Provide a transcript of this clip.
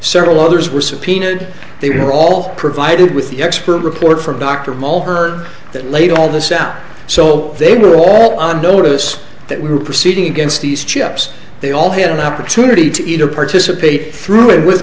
several others were subpoenaed they were all provided with the expert report from dr mulher that laid all this out so they were all on notice that we were proceeding against these chips they all had an opportunity to either participate through it with